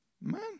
Man